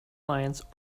lions